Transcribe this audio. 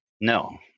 No